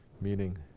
meaning